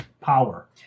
power